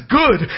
good